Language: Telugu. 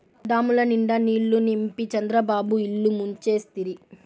డాముల నిండా నీళ్ళు నింపి చంద్రబాబు ఇల్లు ముంచేస్తిరి